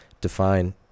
define